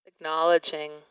Acknowledging